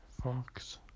Fox